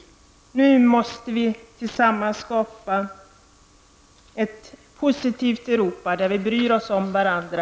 Nu måste vi tillsammans skapa ett positivt Europa, där vi bryr oss om varandra.